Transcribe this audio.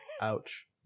Ouch